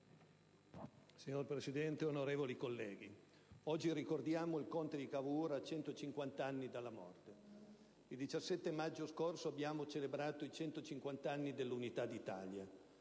Signor Presidente, onorevoli colleghi, oggi ricordiamo il conte di Cavour a 150 anni dalla morte. Il 17 marzo scorso abbiamo celebrato i 150 anni dell'Unità d'Italia.